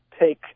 take